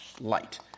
light